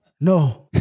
No